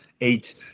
eight